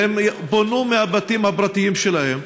הרי הן פונו מהבתים הפרטיים שלהן,